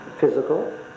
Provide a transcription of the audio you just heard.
physical